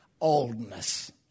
oldness